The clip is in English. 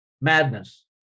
madness